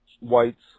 whites